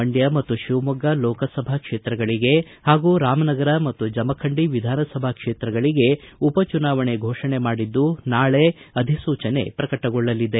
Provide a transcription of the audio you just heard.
ಮಂಡ್ಯ ಮತ್ತು ಶಿವಮೊಗ್ಗ ಲೋಕಸಭಾ ಕ್ಷೇತ್ರಗಳಿಗೆ ಹಾಗೂ ರಾಮನಗರ ಮತ್ತು ಜಮಖಂಡಿ ವಿಧಾನಸಭಾ ಕ್ಷೇತ್ರಗಳಗೆ ಉಪ ಚುನಾವಣೆ ಘೋಷಣೆ ಮಾಡಿದ್ದು ನಾಳೆ ಅಧಿಸೂಚನೆ ಪ್ರಕಟಗೊಳ್ಳಲಿದೆ